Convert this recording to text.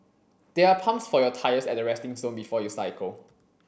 there are pumps for your tyres at the resting zone before you cycle